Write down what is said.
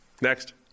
Next